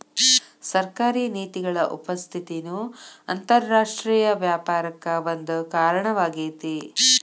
ಸರ್ಕಾರಿ ನೇತಿಗಳ ಉಪಸ್ಥಿತಿನೂ ಅಂತರರಾಷ್ಟ್ರೇಯ ವ್ಯಾಪಾರಕ್ಕ ಒಂದ ಕಾರಣವಾಗೇತಿ